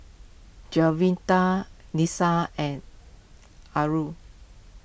Juwita Lisa and